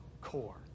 core